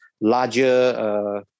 larger